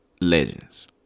legends